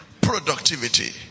productivity